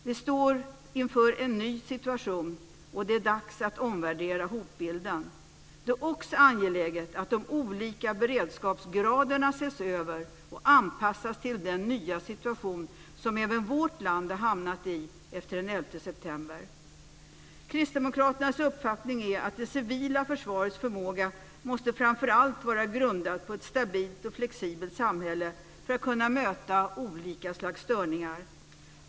Vi står inför en ny situation, och det är dags att omvärdera hotbilden. Det är också angeläget att de olika beredskapsgraderna ses över och anpassas till den nya situation som även vårt land har hamnat i efter den 11 september. Kristdemokraternas uppfattning är att det civila försvarets förmåga framför allt måste vara grundat på ett stabilt och flexibelt samhälle för att kunna möta olika slags störningar.